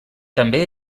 també